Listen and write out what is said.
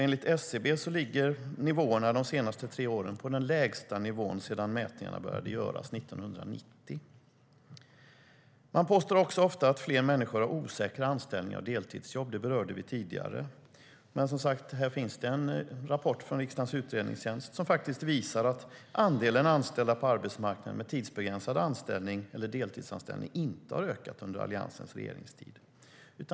Enligt SCB ligger nivåerna de senaste tre åren som lägst sedan mätningarna började göras 1990. Man påstår också ofta att fler människor har osäkra anställningar och deltidsjobb. Det berörde vi tidigare. Men, som sagt, här finns det en rapport från riksdagens utredningstjänst som faktiskt visar att andelen anställda på arbetsmarknaden med tidsbegränsad anställning eller deltidsanställning inte har ökat under Alliansens regeringstid.